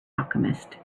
alchemist